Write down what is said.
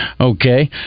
Okay